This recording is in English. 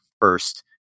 first